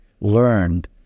Learned